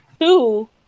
Two